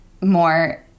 more